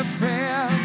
prayer